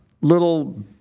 little